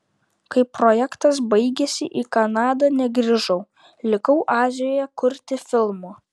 kai projektas baigėsi į kanadą negrįžau likau azijoje kurti filmo